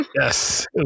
yes